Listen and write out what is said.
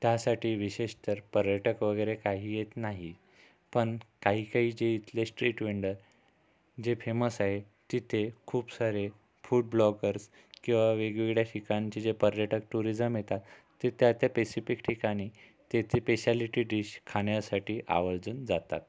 त्यासाठी विशेष तर पर्यटक वगैरे काही येत नाही पण काही काही जे इथले स्ट्रीट वेंडर जे फेमस आहे तिथे खूप सारे फूड ब्लॉगर्स किंवा वेगवेगळ्या ठिकाणचे जे पर्यटक टुरिझम येतात ते त्या त्या पेसिफिक ठिकाणी ते ते पेसॅलिटी डिश खाण्यासाठी आवर्जून जातात